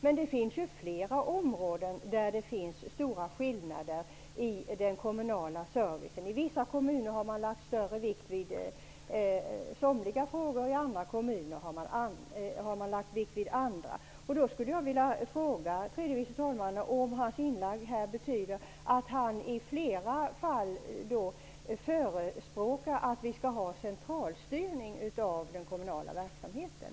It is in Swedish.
Men det finns flera områden med stora skillnader i den kommunala servicen. I vissa kommuner har större vikt lagts vid somliga frågor, medan andra kommuner har lagt vikt vid andra frågor. Betyder tredje vice talmannens inlägg att han i flera fall förespråkar centralstyrning av den kommunala verksamheten?